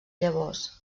llavors